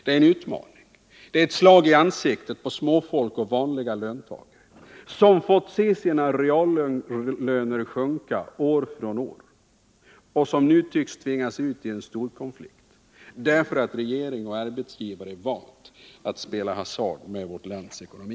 Det är en utmaning. Det är ett slag i ansiktet på småfolk och vanliga löntagare som fått se sina reallöner minska år från år och som nu tycks tvingas ut i en storkonflikt därför att regering och arbetsgivare valt att spela hasard med vårt lands ekonomi.